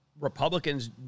Republicans